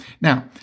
Now